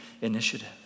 initiative